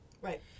Right